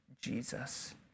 Jesus